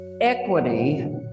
Equity